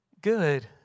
Good